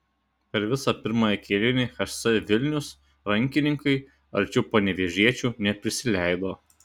per visą pirmąjį kėlinį hc vilnius rankininkai arčiau panevėžiečių neprisileido